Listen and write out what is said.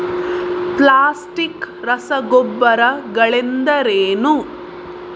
Plastic ರಸಗೊಬ್ಬರಗಳೆಂದರೇನು?